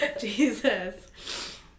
Jesus